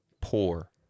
poor